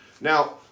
Now